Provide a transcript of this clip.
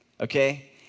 Okay